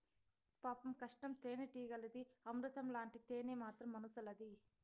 పాపం కష్టం తేనెటీగలది, అమృతం లాంటి తేనె మాత్రం మనుసులది